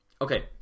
okay